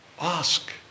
Ask